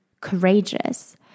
courageous